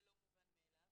זה לא מובן מאליו,